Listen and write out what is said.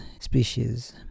species